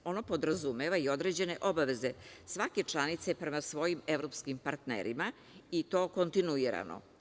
Ono podrazumeva i određene obaveze svake članice prema svojim evropskim partnerima i to kontinuirano.